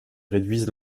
réduisent